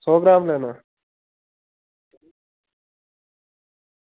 सौ ग्राम लैना